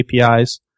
APIs